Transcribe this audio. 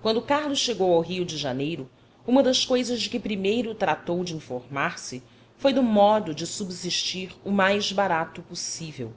quando carlos chegou ao rio de janeiro uma das coisas de que primeiro tratou de informar se foi do modo de subsistir o mais barato possível